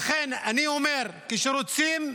לכן אני אומר, כשרוצים,